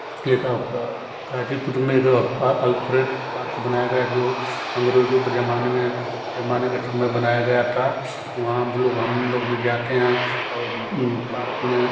एक गाजीपुर में अ अ अल्फ्रेड पार्क बनाया गया जो अंग्रेजों के ज़माने में ज़माने के समय बनाया गया था वहाँ हम लोग हम लोग भी जाते हैं और पारक में